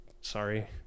sorry